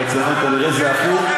אבל אצלכם כנראה זה הפוך,